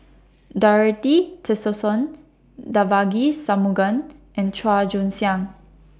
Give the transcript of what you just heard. Doroty Tessensohn Devagi Sanmugam and Chua Joon Siang